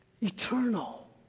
eternal